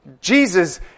Jesus